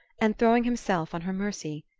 and throwing himself on her mercy.